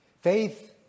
Faith